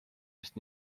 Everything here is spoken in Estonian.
sest